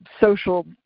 Social